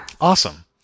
Awesome